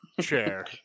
chair